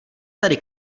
tady